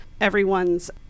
everyone's